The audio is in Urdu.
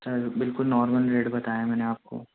سر بالکل نارمل ریٹ بتایا میں نے آپ کو